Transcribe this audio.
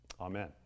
Amen